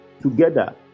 together